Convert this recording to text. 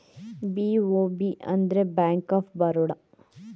BOB ಅಂದರೆ bank of Baroda